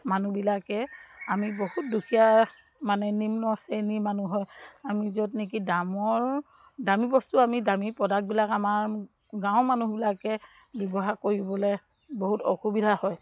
মানুহবিলাকে আমি বহুত দুখীয়া মানে নিম্ন শ্ৰেণীৰ মানুহ হয় আমি য'ত নেকি দামৰ দামী বস্তু আমি দামী প্ৰডাক্টবিলাক আমাৰ গাঁওৰ মানুহবিলাকে ব্যৱহাৰ কৰিবলৈ বহুত অসুবিধা হয়